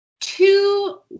two